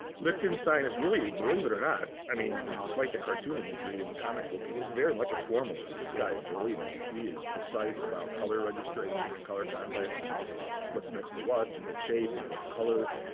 lichtenstein is really, believe it or not, i mean despite the cartoon imagery and the comic book, he's very much a formalist. this guy, believe me, he is precise about color registration and color context and what's next to what and what shape and what color.